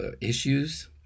issues